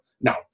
Now